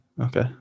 Okay